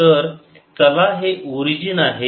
तर चला हे ओरिजिन आहे